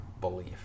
belief